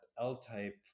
L-type